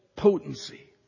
Potency